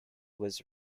was